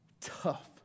Tough